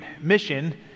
Mission